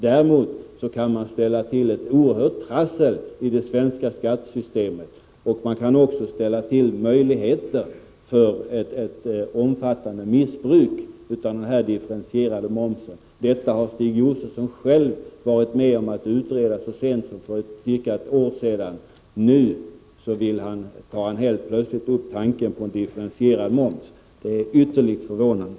Däremot kan man ställa till ett oerhört trassel i det svenska skattesystemet och skapa möjligheter för ett omfattande missbruk av en differentierad moms. Detta har Stig Josefson själv varit med om att utreda så sent som för ca ett år sedan. Nu för han helt plötsligt fram tanken på en differentierad moms. Det är ytterligt förvånande.